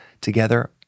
together